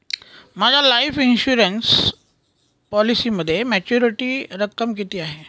माझ्या life insurance पॉलिसीमध्ये maturity रक्कम किती आहे?